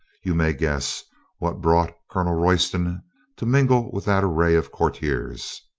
you may guess what brought colonel royston to mingle with that array of courtiers.